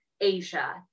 Asia